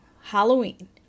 Halloween